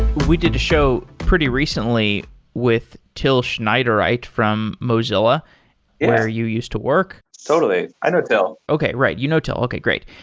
we did a show pretty recently with till schneidereit from mozille, ah where you used to work. totally. i know till okay, right. you know till. okay. great.